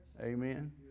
Amen